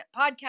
podcast